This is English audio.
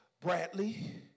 Bradley